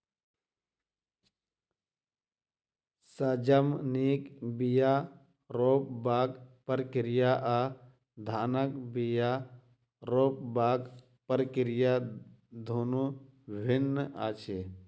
सजमनिक बीया रोपबाक प्रक्रिया आ धानक बीया रोपबाक प्रक्रिया दुनु भिन्न अछि